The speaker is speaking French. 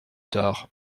tard